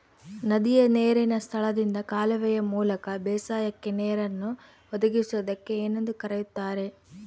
ನದಿಯ ನೇರಿನ ಸ್ಥಳದಿಂದ ಕಾಲುವೆಯ ಮೂಲಕ ಬೇಸಾಯಕ್ಕೆ ನೇರನ್ನು ಒದಗಿಸುವುದಕ್ಕೆ ಏನೆಂದು ಕರೆಯುತ್ತಾರೆ?